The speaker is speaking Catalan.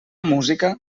música